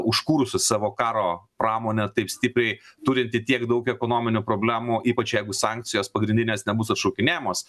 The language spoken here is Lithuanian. užkūrusi savo karo pramonę taip stipriai turinti tiek daug ekonominių problemų ypač jeigu sankcijos pagrindinės nebus atšaukinėjamos